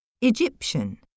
Egyptian